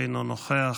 אינו נוכח,